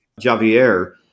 Javier